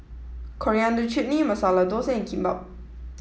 Coriander Chutney Masala Dosa and Kimbap